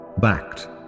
Backed